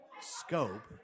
scope